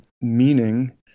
meaning